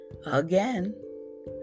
Again